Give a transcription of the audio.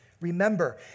Remember